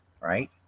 Right